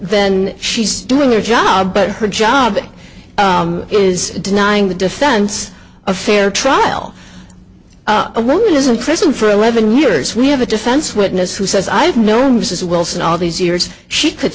then she's doing their job but her job is denying the defense a fair trial a woman isn't present for eleven years we have a defense witness who says i've known mrs wilson all these years she could